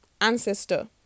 ancestor